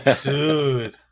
Dude